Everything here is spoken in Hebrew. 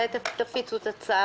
מתי תפיצו את הצו?